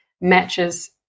matches